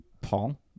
Paul